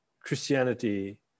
Christianity